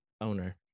owner